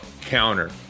counter